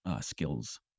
skills